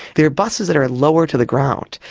they are buses that are lower to the ground,